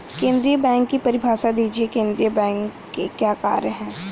केंद्रीय बैंक की परिभाषा दीजिए केंद्रीय बैंक के क्या कार्य हैं?